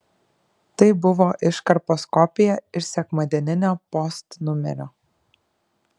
tai buvo iškarpos kopija iš sekmadieninio post numerio